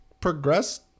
progressed